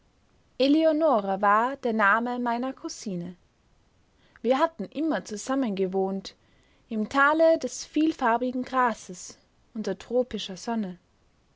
eleonora war der name meiner kusine wir hatten immer zusammengewohnt im tale des vielfarbigen grases unter tropischer sonne